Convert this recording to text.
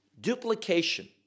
duplication